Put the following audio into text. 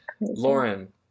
Lauren